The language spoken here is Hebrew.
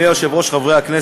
אנחנו עוברים,